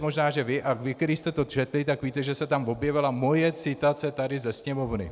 Možná že vy, kteří jste to četli, tak víte, že se tam objevila moje citace tady ze Sněmovny.